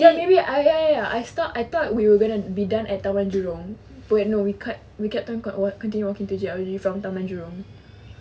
ya maybe I ya ya ya I stop I thought we were gonna be done at taman jurong but no we kept continue walking from J_L_E to taman jurong